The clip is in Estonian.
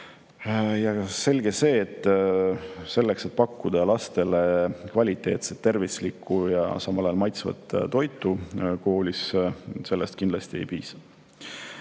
on selge, et selleks, et pakkuda lastele koolis kvaliteetset, tervislikku ja samal ajal maitsvat toitu, sellest kindlasti ei piisa.